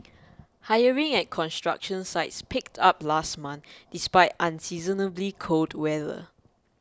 hiring at construction sites picked up last month despite unseasonably cold weather